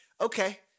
Okay